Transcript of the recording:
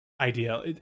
idea